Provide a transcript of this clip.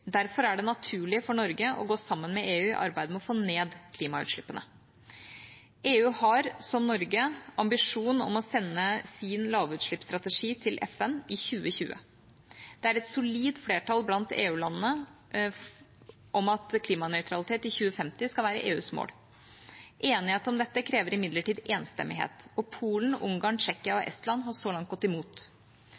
Derfor er det naturlig for Norge å gå sammen med EU i arbeidet med å få ned klimagassutslippene. EU har, som Norge, ambisjon om å sende sin lavutslippsstrategi til FN i 2020. Det er et solid flertall blant EU-landene om at klimanøytralitet i 2050 skal være EUs mål. Enighet om dette krever imidlertid enstemmighet, og Polen, Ungarn, Tsjekkia og